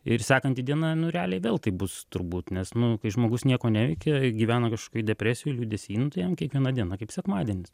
ir sekanti diena nu realiai vėl taip bus turbūt nes nu kai žmogus nieko neveikia gyvena kažkokioj depresijoj liūdesy nu tai jam kiekviena diena kaip sekmadienis